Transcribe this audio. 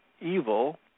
evil